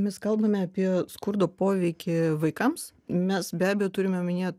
mes kalbame apie skurdo poveikį vaikams mes be abejo turim omenyje